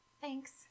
Thanks